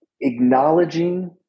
acknowledging